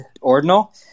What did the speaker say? ordinal